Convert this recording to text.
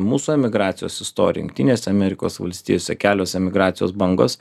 mūsų emigracijos istoriją jungtinėse amerikos valstijose kelios emigracijos bangos